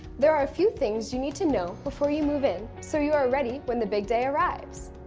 there are a few things you need to know before you move in so you are ready when the big day arrives.